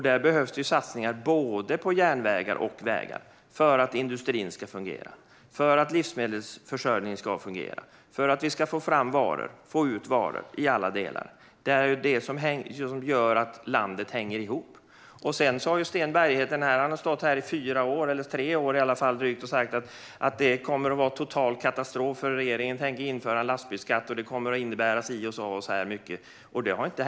Det behövs satsningar på både järnvägar och vägar för att industrin och livsmedelsförsörjningen ska fungera och för att vi ska få ut varor i alla delar. Det är detta som gör att landet hänger ihop. Sten Bergheden har stått här i drygt tre år och sagt att det kommer att bli total katastrof, för regeringen tänker införa en lastbilsskatt, vilket kommer att innebära det här och det här och så här mycket.